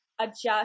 adjust